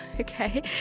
okay